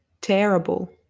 terrible